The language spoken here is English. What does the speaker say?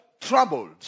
troubled